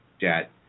debt